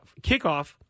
kickoff